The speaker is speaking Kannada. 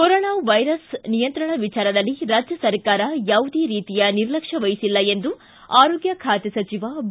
ಕೊರೋನಾ ವೈರಸ್ ನಿಯಂತ್ರಣ ವಿಚಾರದಲ್ಲಿ ರಾಜ್ಯ ಸರ್ಕಾರ ಯಾವುದೇ ರೀತಿಯ ನಿರ್ಲಕ್ಷ್ಮ ವಹಿಸಿಲ್ಲ ಎಂದು ಆರೋಗ್ಯ ಖಾತೆ ಸಚಿವ ಬಿ